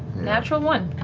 natural one.